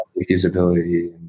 feasibility